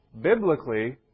Biblically